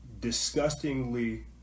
disgustingly